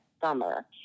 summer